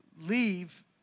leave